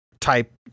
type